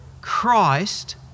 Christ